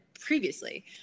previously